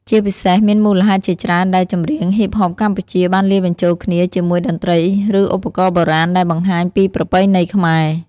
ជាពិសេសមានមូលហេតុជាច្រើនដែលចម្រៀងហ៊ីបហបកម្ពុជា បានលាយបញ្ចូលគ្នាជាមួយតន្ត្រីឬឧបករណ៍បុរាណដែលបង្ហាញពីប្រពៃណីខ្មែរ។